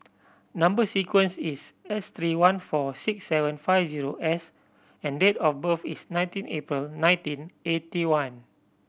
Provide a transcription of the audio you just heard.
number sequence is S three one four six seven five zero S and date of birth is nineteen April nineteen eighty one